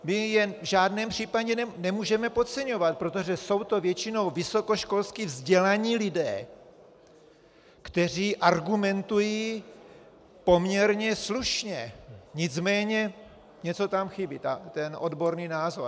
My je v žádném případě nemůžeme podceňovat, protože jsou to většinou vysokoškolsky vzdělaní lidé, kteří argumentují poměrně slušně, nicméně něco tam chybí odborný názor.